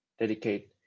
dedicate